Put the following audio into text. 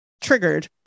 triggered